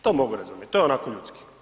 To mogu razumjet, to je onako ljudski.